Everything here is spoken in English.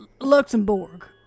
Luxembourg